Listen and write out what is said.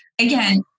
again